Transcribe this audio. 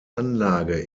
anlage